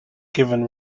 given